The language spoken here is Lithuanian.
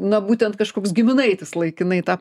na būtent kažkoks giminaitis laikinai tą